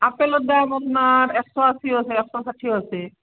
আপেলৰ দাম আপোনাৰ এশ আশীও আছে এশ ষাঠিও আছে